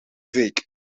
week